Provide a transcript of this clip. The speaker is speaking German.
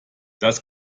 das